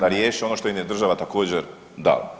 da riješe ono što im je država također, dala.